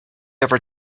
ever